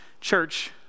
Church